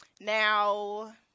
Now